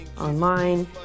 online